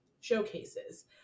showcases